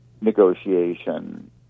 negotiation